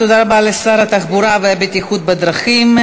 תודה רבה לשר התחבורה והבטיחות בדרכים.